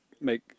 make